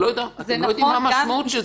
אתם לא יודעים מה המשמעות של זה.